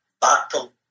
battle